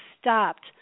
stopped